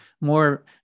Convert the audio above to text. more